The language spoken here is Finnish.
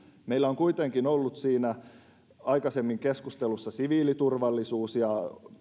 meillä on kuitenkin ollut aikaisemmin siinä keskustelussa siviiliturvallisuus ja